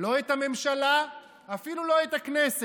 לא את הממשלה, ואפילו לא את הכנסת,